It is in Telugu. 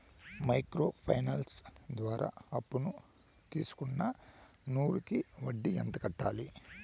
మైక్రో ఫైనాన్స్ ద్వారా అప్పును తీసుకున్న నూరు కి వడ్డీ ఎంత కట్టాలి?